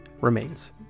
remains